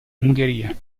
ungheria